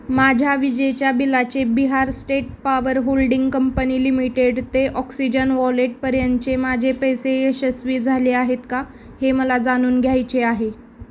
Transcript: माझ्या विजेच्या बिलाचे Bihar State Power Holding Company Limited ते ऑक्सिजन वॉलेटपर्यंतचे माझे पैसे यशस्वी झाले आहेत का हे मला जाणून घ्यायचे आहे